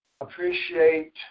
appreciate